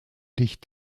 dich